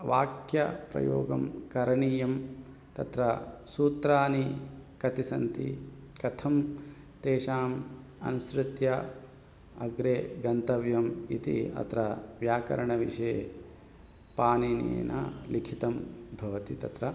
वाक्यप्रयोगं करणीयं तत्र सूत्राणि कति सन्ति कथं तेषाम् अनुसृत्य अग्रे गन्तव्यम् इति अत्र व्याकरणविषये पाणिनिना लिखितं भवति तत्र